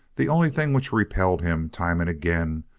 the only thing which repelled him time and again,